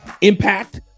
impact